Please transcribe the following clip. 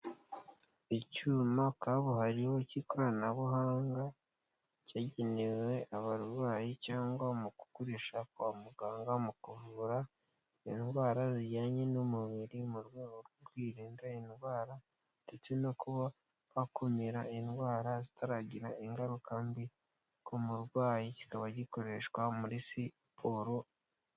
Icyuma kabuhariwe cy'ikoranabuhanga, cyagenewe abarwayi cyangwa mu gukoresha kwa muganga mu kuvura indwara zijyanye n'umubiri mu rwego rwo kwirinda indwara ndetse no kuba bakumira indwara zitaragira ingaruka mbi ku murwayi. Kikaba gikoreshwa muri siporo.